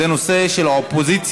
לא, זה נושא של האופוזיציה.